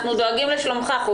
אנחנו דואגים לשלומך.